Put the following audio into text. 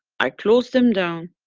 i close them down,